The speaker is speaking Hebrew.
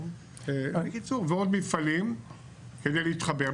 ועוד מפעלים כדי להתחבר.